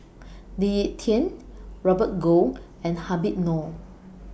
Lee Ek Tieng Robert Goh and Habib Noh